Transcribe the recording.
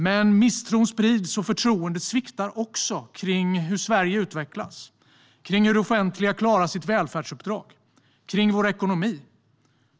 Men misstron sprids och förtroendet sviktar också kring hur Sverige utvecklas, kring hur det offentliga klarar sitt välfärdsuppdrag och kring vår ekonomi.